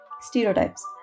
stereotypes